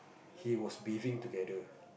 he was bathing together